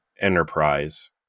Enterprise